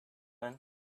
when